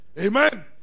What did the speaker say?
Amen